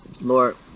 Lord